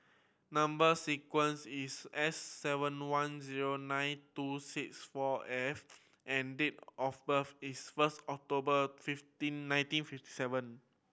number sequence is S seven one zero nine two six four F and date of birth is first October fifty nineteen fifty seven